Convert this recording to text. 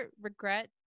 regret